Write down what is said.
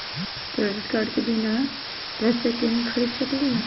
Credit card से बिना पैसे के ही खरीद सकली ह?